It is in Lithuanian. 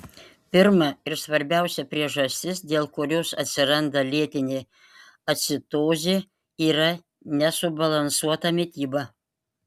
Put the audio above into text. pirma ir svarbiausia priežastis dėl kurios atsiranda lėtinė acidozė yra nesubalansuota mityba